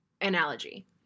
analogy